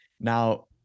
Now